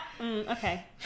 okay